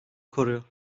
koruyor